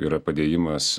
yra padėjimas